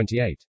28